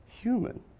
human